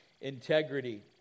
Integrity